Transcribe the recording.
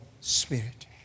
Spirit